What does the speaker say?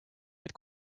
vaid